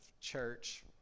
church